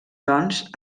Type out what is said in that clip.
doncs